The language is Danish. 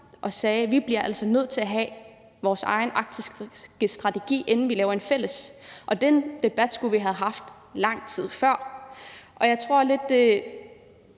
og sagde: Vi bliver altså nødt til at have vores egen arktiske strategi, inden vi laver en fælles. Den debat skulle vi have haft lang tid før. Jeg tror, at